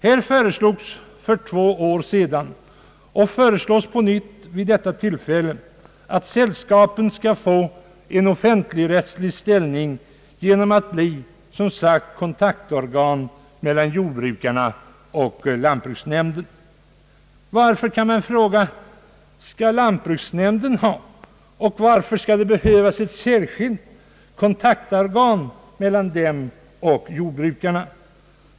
Här föreslogs för två år sedan och föreslås på nytt vid detta tillfälle att sällskapen skall få en offentligrättslig ställning genom att bli kontaktorgan mellan jordbrukarna och lantbruksnämnderna. Varför, kan man fråga, skall lantbruksnämnderna ha och varför behövs det ett särskilt kontaktorgan mellan dem och jordbrukarna?